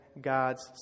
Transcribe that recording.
God's